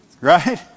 right